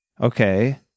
Okay